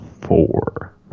four